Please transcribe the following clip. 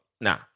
Nah